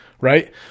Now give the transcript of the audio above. right